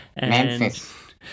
Memphis